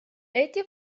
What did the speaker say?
эти